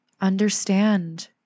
understand